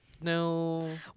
no